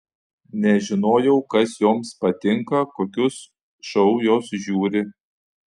nežinojau kas joms patinka kokius šou jos žiūri